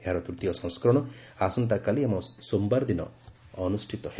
ଏହାର ତୃତୀୟ ସଂସ୍କରଣ ଆସନ୍ତାକାଲି ଏବଂ ସୋମବାର ଦିନ ଅନୁଷ୍ଠିତ ହେବ